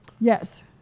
Yes